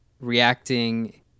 reacting